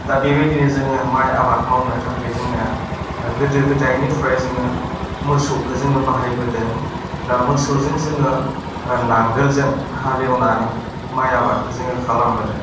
दा बेबायदिनो जोङो माय आबाद मावनो थाखाय जोंनो गोदो गोदायनिफ्राय जोङो मोसौखौ जोङो बाहायबोदों दा मोसौजों जोङो नांगोलजों हालेवनानै माय आबादखौ जोङो खालामबोदों